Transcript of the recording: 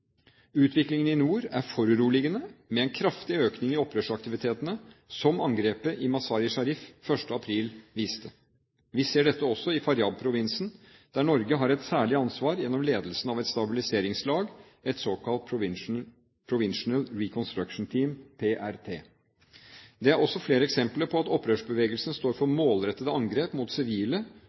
Utviklingen i nord er foruroligende med en kraftig økning i opprørsaktivitetene, som angrepet i Mazar-e Sharif 1. april viste. Vi ser dette også i Faryab-provinsen, der Norge har et særlig ansvar gjennom ledelsen av et stabiliseringslag, et såkalt Provincial Reconstruction Team, PRT. Det er også flere eksempler på at opprørsbevegelsen står for målrettede angrep mot sivile